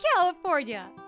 California